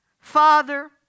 Father